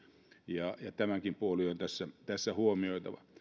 ja tämäkin puoli on tässä huomioitava